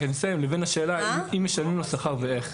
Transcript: אני אסיים, לבין השאלה אם משלמים לו שכר ואיך.